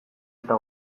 eta